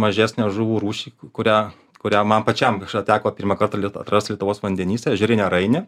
mažesnę žuvų rūšį kurią kurią man pačiam kažkada teko pirmą kartą atrast lietuvos vandenyse ežerinę rainę